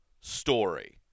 story